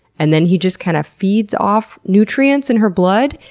and then he just kind of feeds off nutrients in her blood,